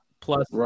plus